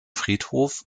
friedhof